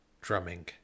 drumming